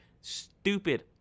Stupid